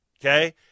okay